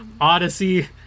Odyssey